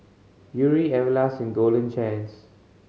Yuri Everlast and Golden Chance